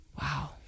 Wow